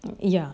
ya